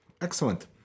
Excellent